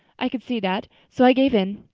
i could see that, so i gave in.